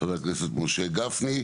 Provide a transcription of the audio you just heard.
וחבר הכנסת משה גפני.